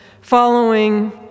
following